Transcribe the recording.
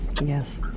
yes